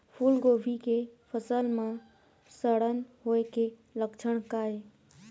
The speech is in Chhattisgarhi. फूलगोभी के फसल म सड़न होय के लक्षण का ये?